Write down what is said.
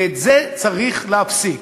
ואת זה צריך להפסיק.